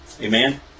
amen